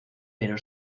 pero